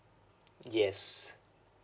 yes